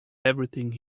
everything